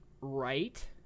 right